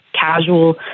casual